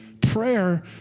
Prayer